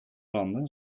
landen